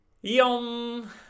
Yum